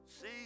See